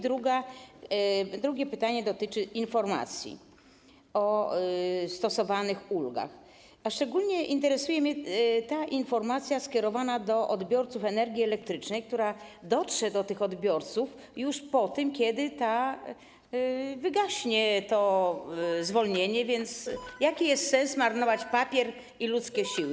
Drugie pytanie dotyczy informacji o stosowanych ulgach, a szczególnie interesuje mnie informacja skierowana do odbiorców energii elektrycznej, która dotrze do odbiorców już po tym, kiedy to zwolnienie wygaśnie, więc jaki jest sens marnować papier i ludzkie siły?